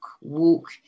walk